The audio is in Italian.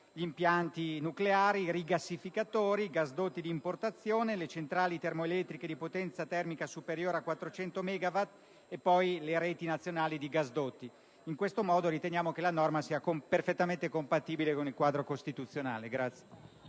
impianti nucleari, rigassificatori, gasdotti d'importazione, le centrali termoelettriche di potenza termica superiore a 400 megawatt e le reti nazionali di gasdotti. Riteniamo, in tal modo, che la norma sia perfettamente compatibile con il quadro costituzionale.